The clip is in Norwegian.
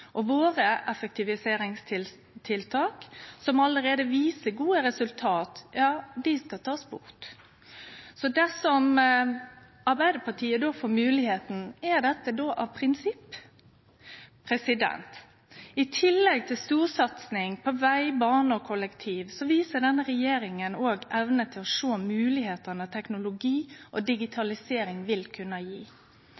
og våre effektiviseringstiltak, som allereie viser gode resultat, skal takast bort. Dersom Arbeidarpartiet får sjansen – er dette då av prinsipp? I tillegg til storsatsing på veg, bane og kollektivtransport viser denne regjeringa evne til å sjå moglegheitene som teknologi og